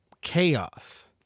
chaos